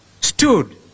stood